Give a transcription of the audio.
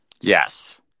Yes